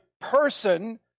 person